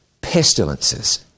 pestilences